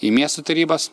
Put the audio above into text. į miestų tarybas